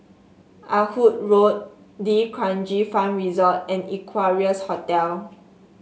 Ah Hood Road D'Kranji Farm Resort and Equarius Hotel